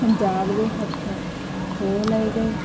ਪੰਜਾਬ ਦੇ ਹੱਥੋਂ ਖੋਹ ਲਏ ਗਏ